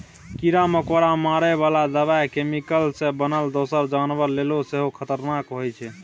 कीरा मकोरा मारय बला दबाइ कैमिकल सँ बनल दोसर जानबर लेल सेहो खतरनाक होइ छै